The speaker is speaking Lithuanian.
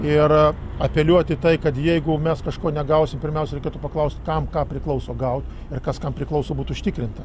ir apeliuot į tai kad jeigu mes kažko negausim pirmiausia reikėtų paklaust kam ką priklauso gaut ir kas kam priklauso būt užtikrinta